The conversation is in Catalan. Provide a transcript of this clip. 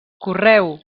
correu